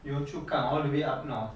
yio chu kang all the way